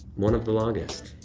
one of the longest.